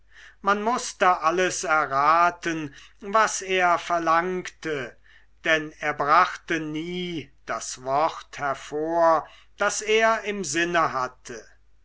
man mußte alles erraten was er verlangte denn er brachte nie das wort hervor das er im sinne hatte